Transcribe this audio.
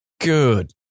Good